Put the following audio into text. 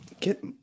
get